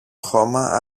χώμα